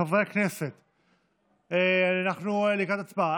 חברי הכנסת, אנחנו לקראת הצבעה.